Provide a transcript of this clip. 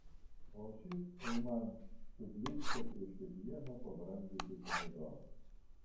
o šis aiman subliūkšta prieš kiekvieną pabrangusį pomidorą